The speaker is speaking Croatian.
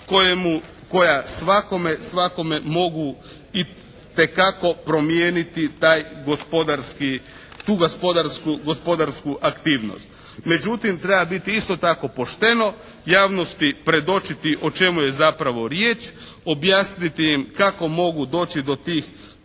koja svakome mogu itekako promijeniti taj gospodarski, tu gospodarsku aktivnost. Međutim treba isto tako pošteno javnosti predočiti o čemu je zapravo riječ. Objasniti im kako mogu doći do tih